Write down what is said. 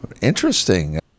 Interesting